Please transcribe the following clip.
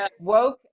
woke